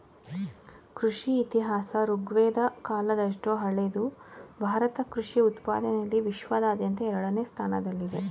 ಕೃಷಿ ಇತಿಹಾಸ ಋಗ್ವೇದ ಕಾಲದಷ್ಟು ಹಳೆದು ಭಾರತ ಕೃಷಿ ಉತ್ಪಾದನೆಲಿ ವಿಶ್ವಾದ್ಯಂತ ಎರಡನೇ ಸ್ಥಾನದಲ್ಲಿದೆ